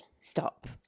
stop